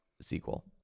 sequel